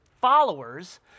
Followers